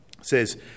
says